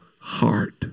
heart